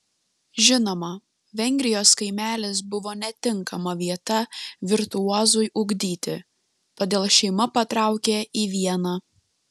žinoma vengrijos kaimelis buvo netinkama vieta virtuozui ugdyti todėl šeima patraukė į vieną